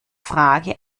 frage